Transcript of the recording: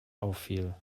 auffiel